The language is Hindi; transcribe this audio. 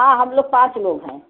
हाँ हम लोग पाँच लोग हैं